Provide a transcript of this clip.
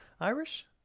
Irish